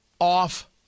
off